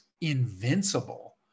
invincible